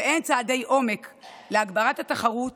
והן צעדי עומק להגברת התחרות